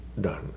done